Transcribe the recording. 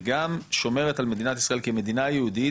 וגם שומרת על מדינת ישראל כמדינה יהודית,